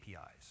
APIs